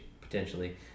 potentially